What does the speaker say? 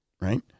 right